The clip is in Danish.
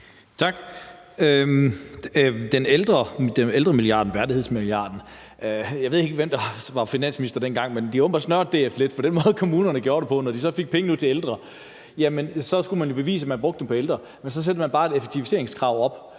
Tak. Ældremilliarden, værdighedsmilliarden – jeg ved ikke, hvem der var finansminister dengang, men de har åbenbart snøret DF lidt. For den måde, kommunerne gjorde det på, var, at når de så fik pengene ud til ældre, skulle man jo bevise, at man brugte dem på de ældre. Men så satte man bare et effektiviseringskrav op